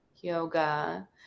Yoga